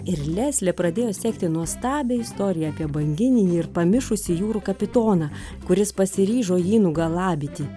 ir leslė pradėjo sekti nuostabią istoriją apie banginį ir pamišusį jūrų kapitoną kuris pasiryžo jį nugalabyti